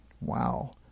Wow